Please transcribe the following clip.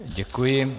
Děkuji.